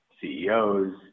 CEOs